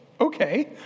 Okay